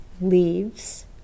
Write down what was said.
leaves